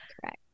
Correct